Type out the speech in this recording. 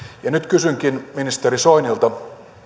ja nyt kysynkin ministeri soinilta